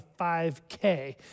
5K